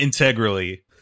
integrally